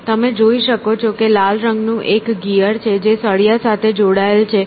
તેથી તમે જોઈ શકો છો કે લાલ રંગનું એક ગિયર છે જે સળિયા સાથે જોડાયેલ છે